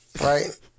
right